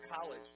college